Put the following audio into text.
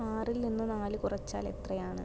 ആറിൽ നിന്ന് നാല് കുറച്ചാൽ എത്രയാണ്